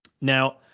Now